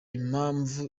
impamvu